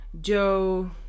Joe